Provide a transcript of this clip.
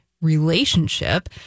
relationship